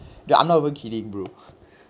I'm not even kidding bro